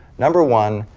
number one,